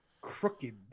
crooked